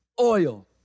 oil